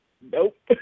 Nope